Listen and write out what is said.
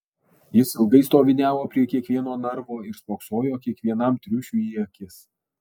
jis ilgai stoviniavo prie kiekvieno narvo ir spoksojo kiekvienam triušiui į akis